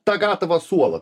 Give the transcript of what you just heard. tą gatavą suolą